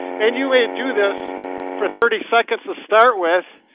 and you may do this for thirty seconds to start with,